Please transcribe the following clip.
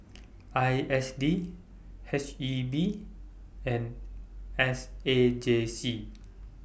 I S D H E B and S A J C